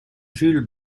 jules